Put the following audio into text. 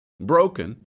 broken